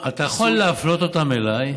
אתה יכול להפנות אותם אליי?